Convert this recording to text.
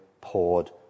poured